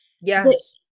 yes